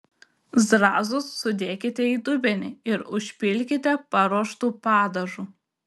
zrazus sudėkite į dubenį ir užpilkite paruoštu padažu